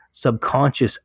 subconscious